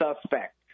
suspect